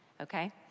okay